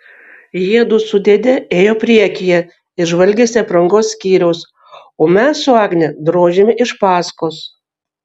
jiedu su dėde ėjo priekyje ir žvalgėsi aprangos skyriaus o mes su agne drožėme iš paskos